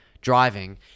driving